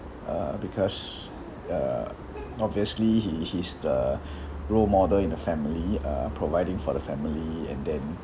uh because uh obviously he is the role model in the family uh providing for the family and then